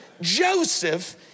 Joseph